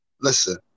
Listen